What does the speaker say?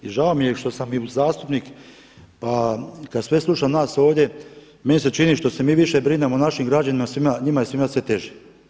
Jer žao mi je što sam i zastupnik pa kad sve slušam nas ovdje, meni se čini što se mi više brinemo o našim građanima, njima je svima sve teže.